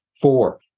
Four